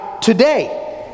today